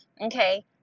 Okay